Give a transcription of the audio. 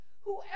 whoever